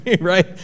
right